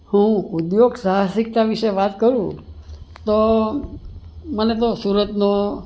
હું ઉદ્યોગ સાહસિકતા વિશે વાત કરું તો મને તો સુરતનો